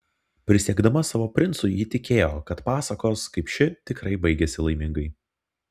prisiekdama savo princui ji tikėjo kad pasakos kaip ši tikrai baigiasi laimingai